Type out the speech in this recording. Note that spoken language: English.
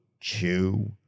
Chew